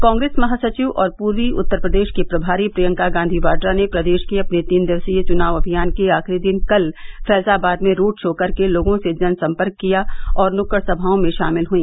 कांग्रेस महासचिव और पूर्वी उत्तर प्रदेश की प्रभारी प्रियंका गांधी वाड्रा ने प्रदेश के अपने तीन दिवसीय चुनाव अभियान के आखिरी दिन कल फैंजाबाद में रोड शो करके लोगों से जनसम्पर्क किया और नुक्कड़ सभाओं में शामिल हुई